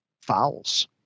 Fowls